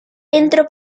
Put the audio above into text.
entro